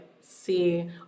see